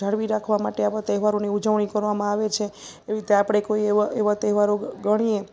જાળવી રાખવા માટે આવા તહેવારોની ઉજવણી કરવામાં આવે છે એવી રીતે આપણે કોઈ એવા એવા તહેવારો ગણીએ